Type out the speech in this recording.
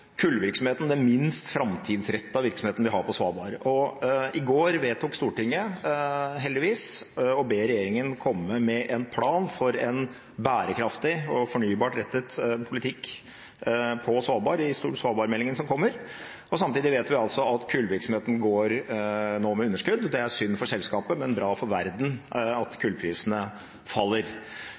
kullvirksomheten den minst framtidsrettede virksomheten vi har på Svalbard. I går vedtok Stortinget, heldigvis, å be regjeringen komme med en plan for en bærekraftig og fornybart rettet politikk på Svalbard – i svalbardmeldingen som kommer. Samtidig vet vi altså at kullvirksomheten nå går med underskudd. Det er synd for selskapet, men bra for verden at kullprisene faller.